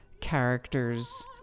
characters